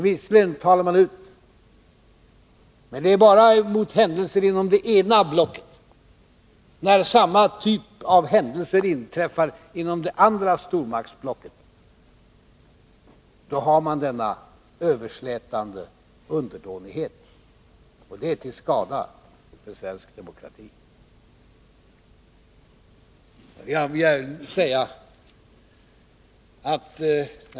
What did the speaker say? Visserligen talar man ut, men det är bara emot händelser inom det ena blocket. När samma typ av händelser inträffar inom det andra stormaktsblocket visar man denna överslätande underdånighet, och det är till skada för svensk demokrati.